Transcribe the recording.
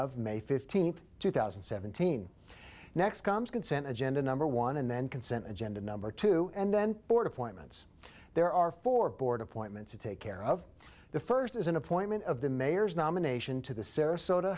of may fifteenth two thousand and seventeen next comes consent agenda number one and then consent agenda number two and then board appointments there are four board appointments to take care of the first is an appointment of the mayor's nomination to the sarasota